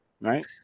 right